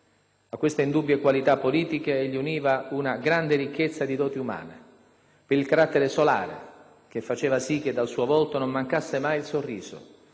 A queste indubbie qualità politiche egli univa una grande ricchezza di doti umane: per il carattere solare, che faceva sì che dal suo volto non mancasse mai il sorriso,